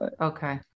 Okay